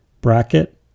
bracket